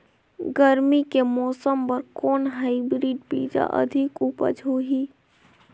गरमी के मौसम बर कौन हाईब्रिड बीजा अधिक उपज होही?